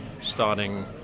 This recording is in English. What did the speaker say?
starting